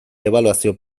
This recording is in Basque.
ebaluazio